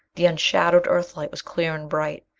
the unshadowed earthlight was clear and bright.